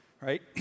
right